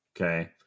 Okay